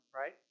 right